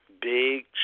Big